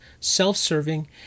self-serving